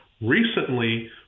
recently